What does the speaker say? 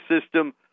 system